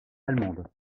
allemande